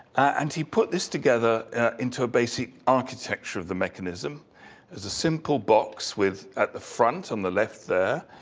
and he put this together into a basic architecture of the mechanism as a simple box with at the front on the left there,